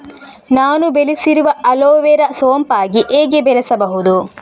ನಾನು ಬೆಳೆಸಿರುವ ಅಲೋವೆರಾ ಸೋಂಪಾಗಿ ಹೇಗೆ ಬೆಳೆಸಬಹುದು?